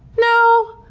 no?